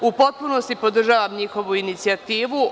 U potpunosti podržavam njihovu inicijativu.